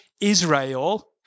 Israel